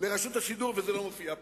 לרשות השידור, וזה לא מופיע פה?